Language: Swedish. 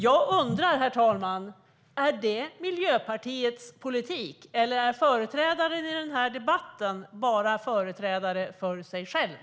Jag undrar, herr talman: Är det Miljöpartiets politik? Eller är företrädaren i den här debatten bara företrädare för sig själv?